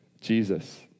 Jesus